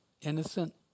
innocent